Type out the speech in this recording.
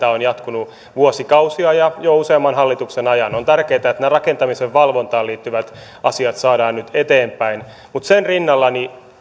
on jatkunut vuosikausia ja jo useamman hallituksen ajan on tärkeää että nämä rakentamiseen valvontaan liittyvät asiat saadaan nyt eteenpäin mutta sen rinnalla